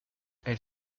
elle